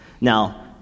Now